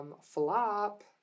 Flop